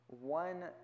One